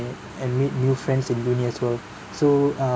and make new friends in uni as well so uh